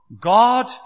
God